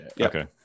Okay